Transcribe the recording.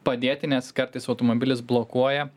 padėti nes kartais automobilis blokuoja